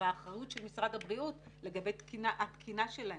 והאחריות של משרד הבריאות לגבי התקינה שלהם.